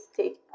take